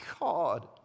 God